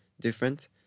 different